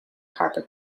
harper